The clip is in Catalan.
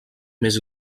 més